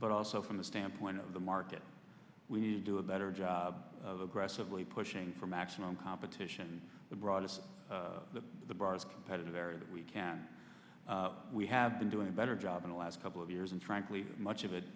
but also from the standpoint of the market we need to do a better job of aggressively pushing for maximum competition that brought us to the bars competitive area that we can we have been doing a better job in the last couple of years and frankly much of it